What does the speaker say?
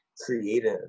creative